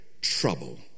trouble